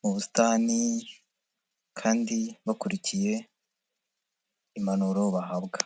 mu busitani kandi bakurikiye impanuro bahabwa.